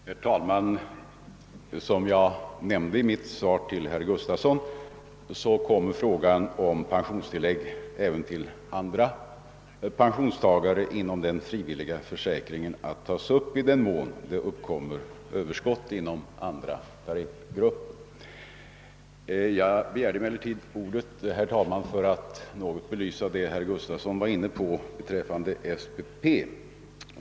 Herr talman! Som jag nämnde i mitt svar till herr Gustafson i Göteborg kommer frågan om pensionstillägg även till andra pensionstagare inom den frivilliga försäkringen att tas upp i den mån det uppkommer överskott inom andra tariffgrupper. Jag begärde emellertid ordet, herr talman, för att något belysa det herr Gustafson var inne på beträffande SPP.